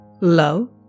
love